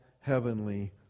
Heavenly